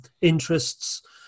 interests